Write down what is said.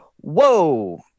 whoa